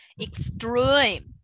extreme